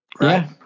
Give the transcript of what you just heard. right